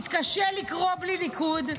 מתקשה לקרוא בלי ניקוד,